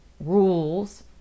rules